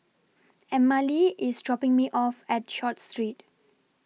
Emmalee IS dropping Me off At Short Street